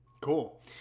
cool